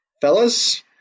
fellas